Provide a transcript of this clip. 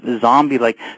zombie-like